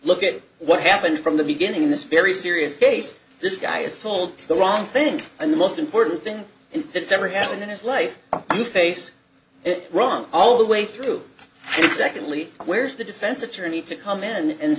look at what happened from the beginning in this very serious case this guy is told the wrong thing and the most important thing in it's ever happened in his life to face it run all the way through it secondly where's the defense attorney to come in and